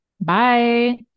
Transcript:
Bye